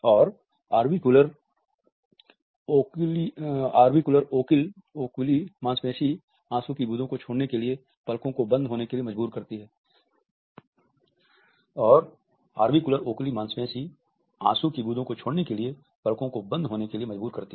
और orbicular oculi मांसपेशी आँसू की बूदो छोड़ने के लिए पलकों को बंद होने के लिए मजबूर करती है